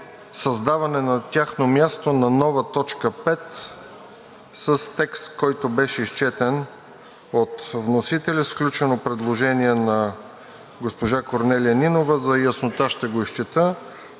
създаване на тяхно място на нова т. 5 с текст, който беше изчетен от вносителя, с включено предложението на госпожа Корнелия Нинова. За яснота ще го изчета.